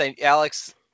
Alex